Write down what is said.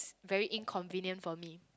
very inconvenient for me